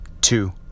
two